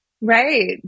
Right